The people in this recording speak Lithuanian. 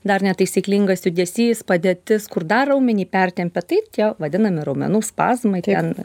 dar netaisyklingas judesys padėtis kur dar raumenį pertempia taip tie vadinami raumenų spazmai ten